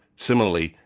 similarly,